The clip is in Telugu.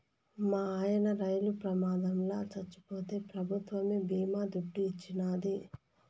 మాయన్న రైలు ప్రమాదంల చచ్చిపోతే పెభుత్వమే బీమా దుడ్డు ఇచ్చినాది